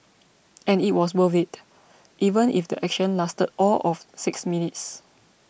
and it was worth it even if the action lasted all of six minutes